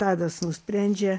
tadas nusprendžia